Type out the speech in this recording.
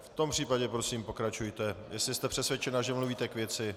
V tom případě prosím pokračujte, jestli jste přesvědčena, že mluvíte k věci.